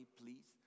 please